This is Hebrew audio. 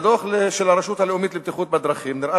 בדוח של הרשות הלאומית לבטיחות בדרכים נראה